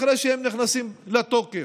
אחרי שהם נכנסים לתוקף.